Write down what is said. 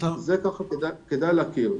זה ככה כדאי להכיר.